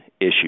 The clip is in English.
issue